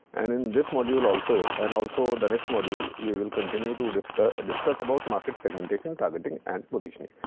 and in this module also and also the next module we will continue to discuss discuss about market segmentation targeting and positioning.